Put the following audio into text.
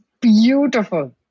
beautiful